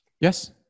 Yes